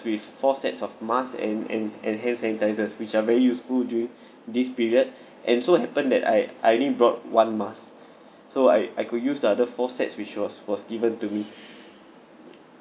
with four sets of masks and and and hand sanitizers which are very useful during this period and so happen that I I only brought one mask so I I could use other four sets which was was given to me